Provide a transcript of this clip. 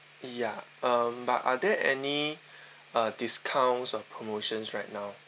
ya um but are there any uh discounts or promotions right now